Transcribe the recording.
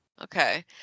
Okay